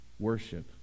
Worship